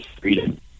freedom